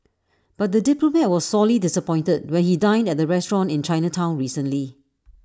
but the diplomat was sorely disappointed when he dined at the restaurant in Chinatown recently